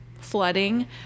flooding